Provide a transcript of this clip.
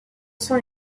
sont